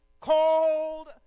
called